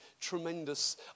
tremendous